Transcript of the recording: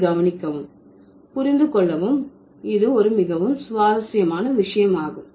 இது கவனிக்கவும் புரிந்து கொள்ளவும் இது ஒரு மிகவும் சுவாரஸ்யமான விஷயம் ஆகும்